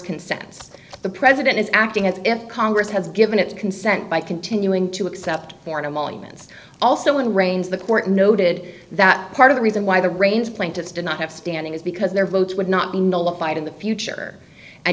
can sense the president is acting as if congress has given its consent by continuing to accept more normal humans also in the rains the court noted that part of the reason why the rains plaintiffs do not have standing is because their votes would not be nullified in the future and